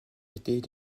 était